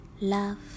love